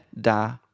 da